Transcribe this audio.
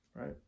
right